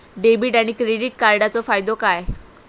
Debit आणि credit कार्डचो फायदो काय?